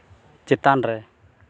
ᱪᱮᱛᱟᱱ ᱨᱮ